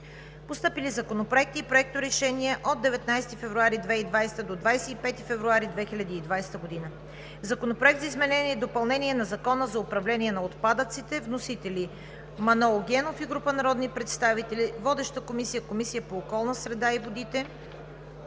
Постъпили законопроекти и проекти за решения от 19 февруари 2020 г. до 25 февруари 2020 г.: Законопроект за изменение и допълнение на Закона за управление на отпадъците. Вносители са Манол Генов и група народни представители. Водеща е Комисията по околната среда и водите.